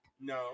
No